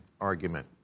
argument